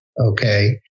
okay